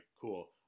cool